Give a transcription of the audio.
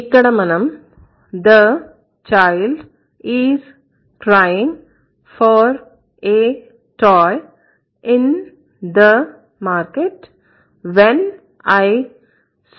ఇక్కడ మనం' the child is crying for a toy in the market when I saw her